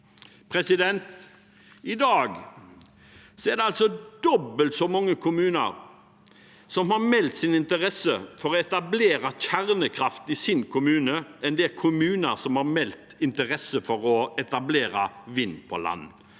i møte. I dag er det altså dobbelt så mange kommuner som har meldt sin interesse for å etablere kjernekraft i sin kommune, enn det er kommuner som har meldt interesse for å etablere vind på land.